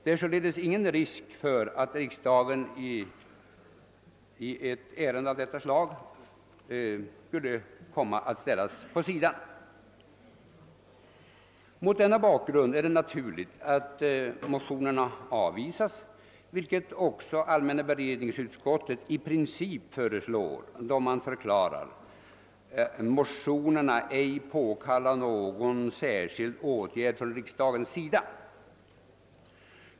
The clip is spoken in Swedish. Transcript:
Det är således ingen risk för att riksdagen vid behandlingen av ett ärende av detta slag skulle komma att ställas vid sidan. Mot denna bakgrund är det naturligt att motionerna avvisas, vilket också allmänna beredningsutskottet i princip föreslår med skrivningen att motio nerna ej påkallar någon särskild åtgärd från riksdagens sida.